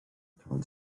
town